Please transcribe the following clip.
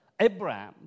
Abraham